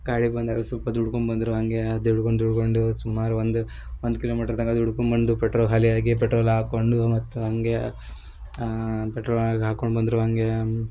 ಗಾಡಿ ಬಂದಾಗ ಸ್ವಲ್ಪ ದೂಡ್ಕೊಂಬಂದರು ಅಂಗೇಯ ದೂಡ್ಕೊಂಡು ದೂಡಿಕೊಂಡು ಸುಮಾರು ಒಂದು ಒಂದು ಕಿಲೋಮೀಟ್ರ್ ತನಕ ದೂಡ್ಕೊಂಡ್ಬಂದು ಪೆಟ್ರೋಲ್ ಖಾಲಿ ಆಗಿ ಪೆಟ್ರೋಲ್ ಹಾಕೊಂಡು ಮತ್ತು ಹಂಗೆ ಪೆಟ್ರೋಲ್ ಆಗ್ ಹಾಕೊಂಡು ಬಂದರು ಹಂಗೇಯ